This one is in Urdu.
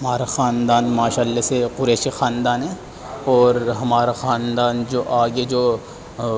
ہمارا خاندان ماشاء اللہ سے قریشی خاندان ہے اور ہمارا خاندان جو آگے جو